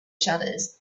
shutters